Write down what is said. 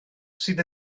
sydd